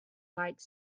like